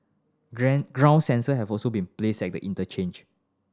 ground sensor have also been placed at the interchange